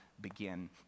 begin